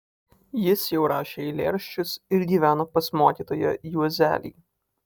jis jau rašė eilėraščius ir gyveno pas mokytoją juozelį